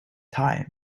time